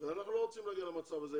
ואנחנו לא רוצים להגיע למצב הזה.